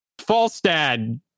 Falstad